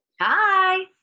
Hi